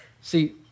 See